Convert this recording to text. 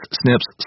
snips